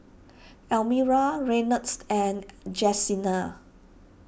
Almira Reynolds and Jesenia